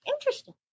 interesting